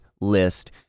list